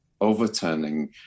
overturning